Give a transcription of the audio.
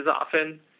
often